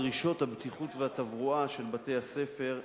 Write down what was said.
דרישות הבטיחות והתברואה של בתי-הספר,